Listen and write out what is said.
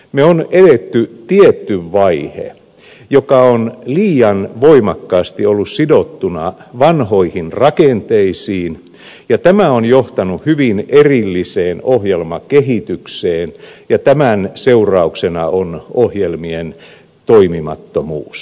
me olemme edenneet tietyn vaiheen joka on liian voimakkaasti ollut sidottuna vanhoihin rakenteisiin ja tämä on johtanut hyvin erilliseen ohjelmakehitykseen ja tämän seurauksena on ohjelmien toimimattomuus